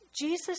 Jesus